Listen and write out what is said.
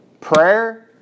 prayer